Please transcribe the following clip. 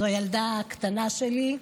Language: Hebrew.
זו הילדה הקטנה שלי,